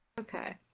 Okay